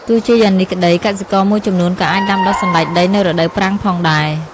ទោះជាយ៉ាងនេះក្តី កសិករមួយចំនួនក៏អាចដាំដុះសណ្ដែកដីនៅរដូវប្រាំងផងដែរ។